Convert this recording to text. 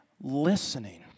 listening